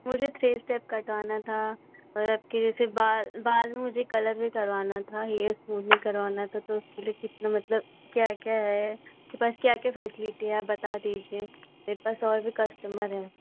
मुझे three step कटवाना था मतलब की जैसे बाल बाल मुझे कलर भी करवाना था हेयर स्मूदिंग करवाना था तो उसके लिए कितना मतलब क्या क्या है आपके पास क्या क्या फ़ैसलिटी है बता दीजिए मेरे पास और भी कस्टमर हैं